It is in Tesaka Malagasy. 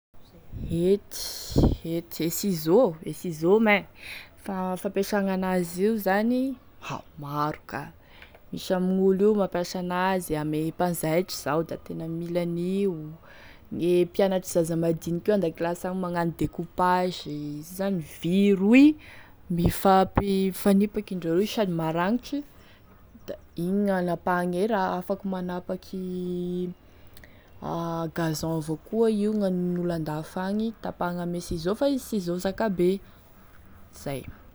Hety, hety, e ciseau e ciseau mein, fampiasagny an'azy io zany ha maro ka, misy amign'olo io mampiasa an'azy ame mpanzaitry zao da tena mila an'io, gne mpianatry zaza madiniky io andakilasy any magnano découpage, izy zany vy roy, mifampi- mifanipaky indreo roy sady maragnitry, da igny gn'agnapahagny e raha afaky magnapaky gazon avao koa io gn'anin'olo andafy agny tapahy ame ciseau fa izy ciseau zakabe, zay.